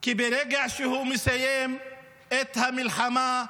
כי ברגע שהוא מסיים את המלחמה,